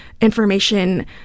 information